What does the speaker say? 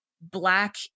black